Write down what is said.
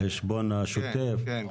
בחשבון השוטף?